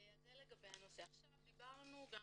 דיברנו גם